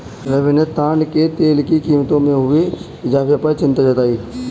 रवि ने ताड़ के तेल की कीमतों में हुए इजाफे पर चिंता जताई